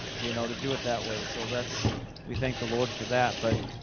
you know to do it that way so that's we thank the lord for that but